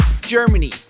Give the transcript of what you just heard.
Germany